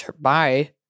Bye